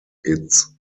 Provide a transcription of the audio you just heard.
its